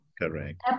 Correct